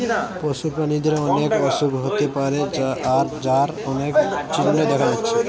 পশু প্রাণীদের অনেক অসুখ হতে পারে যার অনেক চিহ্ন দেখা যাচ্ছে